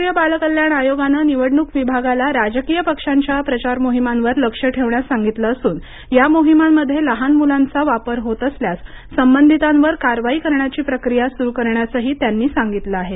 राष्ट्रीय बालकल्याण आयोगानं निवडणूक विभागाला राजकीय पक्षांच्या प्रचार मोहिमांवर लक्ष ठेवण्यास सांगितलं असून या मोहिमांमध्ये लहान मुलांचा वापर होत असल्यास संबंधितांवर कारवाई करण्याची प्रक्रिया सुरू करण्यासही त्यांना सांगितलं आहे